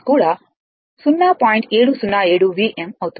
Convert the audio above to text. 707 Vm అవుతుంది